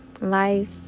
Life